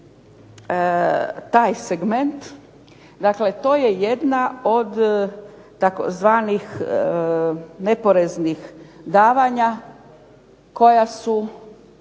taj segment, dakle to je jedna od tzv. neporeznih davanja koja su